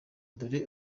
dore